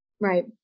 Right